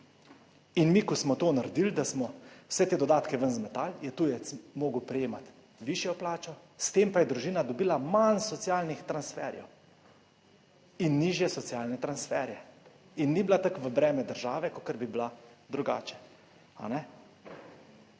Mi, ko smo to naredili, da smo vse te dodatke ven zmetali je tujec mogel prejemati višjo plačo, s tem pa je družina dobila manj socialnih transferjev in nižje socialne transferje in ni bila tako v breme države, kakor bi bila drugače?